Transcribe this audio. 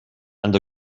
and